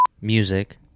music